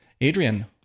Adrian